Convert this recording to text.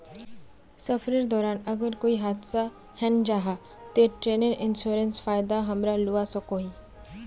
सफरेर दौरान अगर कोए हादसा हन जाहा ते ट्रेवल इन्सुरेंसर फायदा हमरा लुआ सकोही